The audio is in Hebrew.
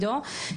עידו,